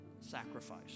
sacrifice